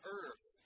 earth